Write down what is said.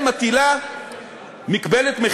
(תיקון,